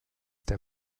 der